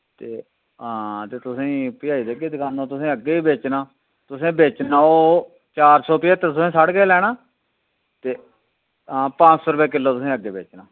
ते हां ते तुसेंई भजाई देगे दुकाना तुसें अग्गै बी बेचना तुसें बेचना ओह् चार सौ पचत्तर रपे तुसें साढ़े कोला लैना ते हां पंज सौ रपे किल्लो तुसैं अग्गै बेचना